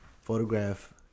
photograph